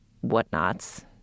whatnots